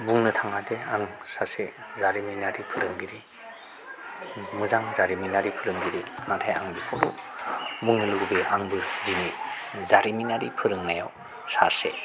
बुंनो थाङा दि आं सासे जारिमिनारि फोरोंगिरि मोजां जारिमिनारि फोरोंगिरि नाथाय आं बेखौ बुंनो लुबैयो आंबो दिनै जारिमिनारि फोरोंनायाव सासे